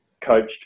coached